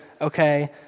okay